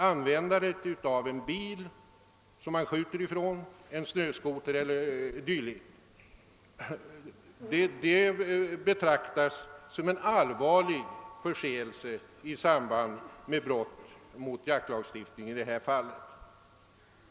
Användandet av en bil, som man skjuter ifrån, en snöskoter e. d. betraktas som en allvarlig förseelse i samband med brott mot jaktlagstiftningen i detta fall.